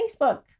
Facebook